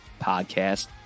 podcast